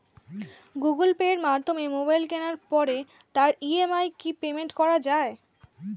Google Pay মাধ্যমে mobile কেনার পরে তার ই.এম.আই কি পেমেন্ট করা যায়?